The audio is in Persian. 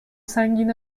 سنگین